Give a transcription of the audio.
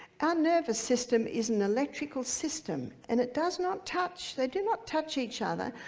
and nervous system is an electrical system, and it does not touch, they do not touch each other.